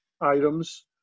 items